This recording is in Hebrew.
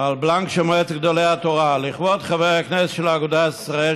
על בלנק של מועצת גדולי התורה: "לכבוד: חברי הכנסת של אגודת ישראל.